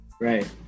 Right